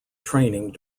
training